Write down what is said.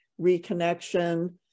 reconnection